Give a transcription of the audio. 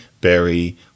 berry